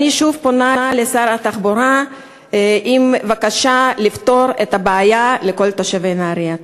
אני שוב פונה אל שר התחבורה בבקשה לפתור את הבעיה לכל תושבי נהרייה.